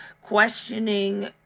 questioning